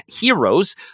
heroes